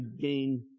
gain